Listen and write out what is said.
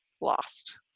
lost